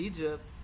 Egypt